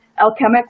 Alchemic